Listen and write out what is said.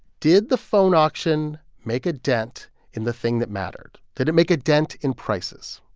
did the phone auction make a dent in the thing that mattered? did it make a dent in prices?